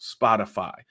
Spotify